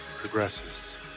progresses